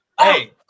Hey